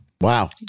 Wow